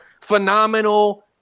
phenomenal